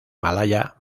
malaya